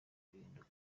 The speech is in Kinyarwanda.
bihinduka